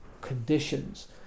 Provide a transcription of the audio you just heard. conditions